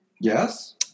Yes